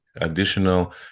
additional